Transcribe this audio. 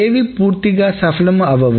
ఏవి పూర్తిగా సఫలం అవ్వవు